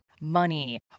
money